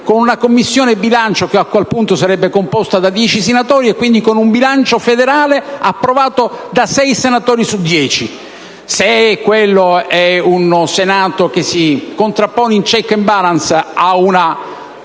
con una Commissione bilancio che, a quel punto, sarebbe composta da dieci senatori, e quindi con un bilancio federale approvato da sei senatori su dieci? Se quello così configurato è un Senato che si contrappone tramite *checks and balances* a una